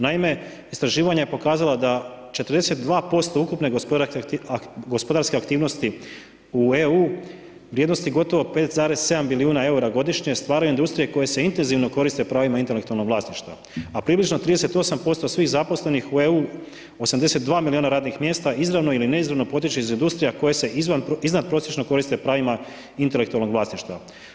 Naime, istraživanje je pokazalo da 42% ukupne gospodarske aktivnosti u EU vrijednosti gotovo 5,7 milijuna eura godišnje stvaraju industrije koje se intenzivno koriste pravima intelektualnog vlasništva, a približno 38% svih zaposlenih u EU 82 milijuna radnih mjesta izravno ili ne izravno potiče iz industrija koje se iznadprosječno koriste pravima intelektualnog vlasništva.